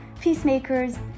peacemakers